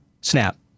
Snap